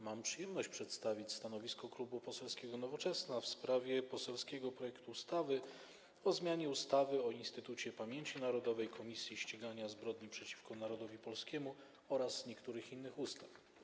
Mam przyjemność przedstawić stanowisko Klubu Poselskiego Nowoczesna w sprawie poselskiego projektu ustawy o zmianie ustawy o Instytucie Pamięci Narodowej - Komisji Ścigania Zbrodni przeciwko Narodowi Polskiemu oraz niektórych innych ustaw.